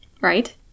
right